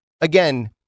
again